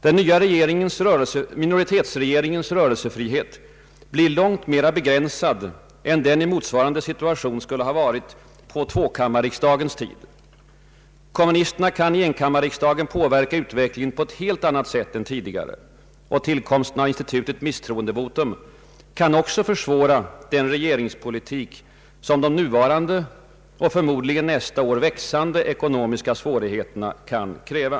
Den nya minoritetsregeringens rörelsefrihet blir långt mera begränsad än den i motsvarande situation skulle ha varit på tvåkammarriksdagens tid. Kommunisterna kan i enkammarriksdagen påverka utvecklingen på ett helt annat sätt än tidigare. Tillkomsten av institutet misstroendevotum kan också försvåra den regeringspolitik, som de nuvarande och förmodligen nästa år växande ekonomiska svårigheterna kan kräva.